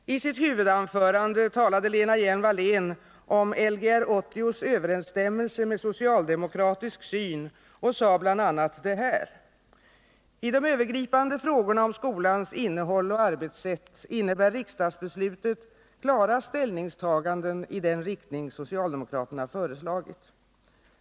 Fru talman! Våren 1979 debatterades här i kammaren den nya läroplanen för grundskolan — Lgr 80. I sitt huvudanförande talade Lena Hjelm-Wallén om Ler 80:s överensstämmelse med socialdemokratisk syn och sade bland annat detta: ”I de övergripande frågorna om skolans innehåll och arbetssätt innebär riksdagsbeslutet klara ställningstaganden i den riktning socialdemokraterna föreslagit.